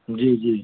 जी जी